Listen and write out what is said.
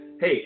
Hey